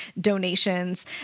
donations